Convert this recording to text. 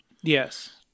Yes